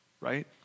Right